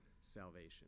salvation